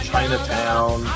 Chinatown